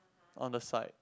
on the side